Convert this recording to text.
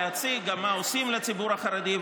להציג מה עושים בשביל הציבור החרדי,